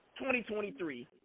2023